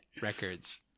records